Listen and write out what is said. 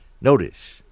Notice